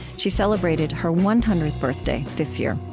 she celebrated her one hundredth birthday this year.